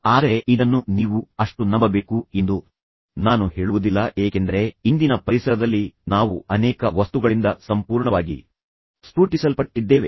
ಆದರೆ ಇದನ್ನು ನೀವು ಅಷ್ಟು ನಂಬಬೇಕು ಎಂದು ನಾನು ಹೇಳುವುದಿಲ್ಲ ಏಕೆಂದರೆ ಇಂದಿನ ಪರಿಸರದಲ್ಲಿ ನಾವು ಅನೇಕ ವಸ್ತುಗಳಿಂದ ಸಂಪೂರ್ಣವಾಗಿ ಸ್ಫೋಟಿಸಲ್ಪಟ್ಟಿದ್ದೇವೆ